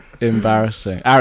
embarrassing